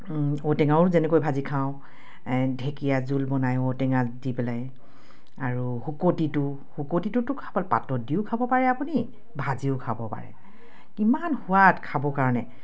ঔটেঙাও যেনেকৈ ভাজি খাওঁ ঢেঁকীয়া জোল বনায় ঔটেঙা দি পেলাই আৰু শুকতিটো শুকতিটোতো খাব পাতত দিও খাব পাৰে আপুনি ভাজিও খাব পাৰে কিমান সোৱাদ খাবৰ কাৰণে